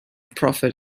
profit